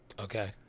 Okay